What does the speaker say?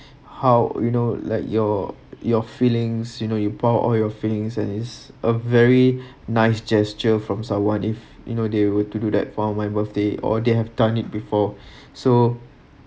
how you know like your your feelings you know you pour all your feelings and is a very nice gesture from someone if you know they were to do that for my birthday or they have done it before so